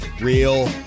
Real